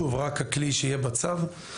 שוב רק הכלי שיהיה בצו,